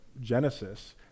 Genesis